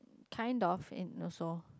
kind of in also